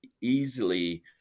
easily